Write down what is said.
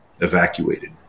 evacuated